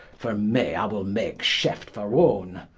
for me, i will make shift for one,